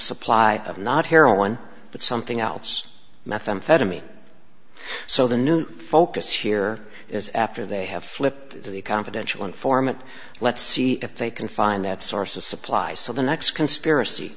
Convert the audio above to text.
supply of not heroin but something else methamphetamine so the new focus here is after they have flipped to the confidential informant let's see if they can find that source of supply so the next conspiracy